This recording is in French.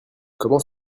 comment